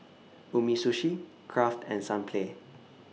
Umisushi Kraft and Sunplay